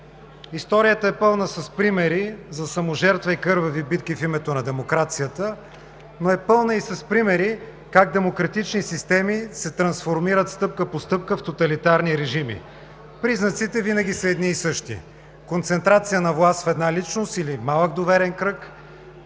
Историята е пълна с примери за саможертва и кървави битки в името на демокрацията, но е пълна и с примери как демократични системи се трансформират стъпка по стъпка в тоталитарни режими. Признаците винаги са едни и същи – концентрация на власт в една личност или малък доверен кръг,